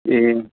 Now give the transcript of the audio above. ए